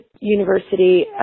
university